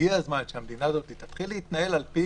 והגיע הזמן שהמדינה הזאת תתחיל להתנהל על-פי